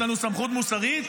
יש לנו סמכות מוסרית?